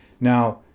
Now